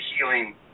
healing